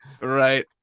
Right